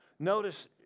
Notice